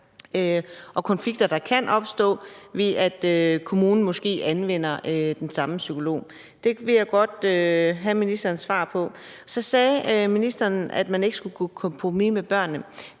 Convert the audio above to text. og konflikter, der kan opstå, ved at kommunen måske anvender den samme psykolog. Det vil jeg godt have ministerens svar på. Så sagde ministeren, at man ikke skulle gå på kompromis, når det